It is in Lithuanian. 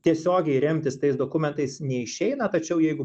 tiesiogiai remtis tais dokumentais neišeina tačiau jeigu